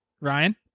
ryan